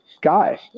guy